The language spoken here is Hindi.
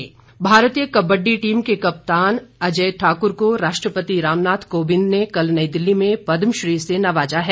अजय ठाकर भारतीय कबड्डी टीम के कप्तान अजय ठाकुर को राष्ट्रपति रामनाथ कोविंद ने कल नई दिल्ली में पद्म श्री से नवाजा है